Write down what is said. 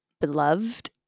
beloved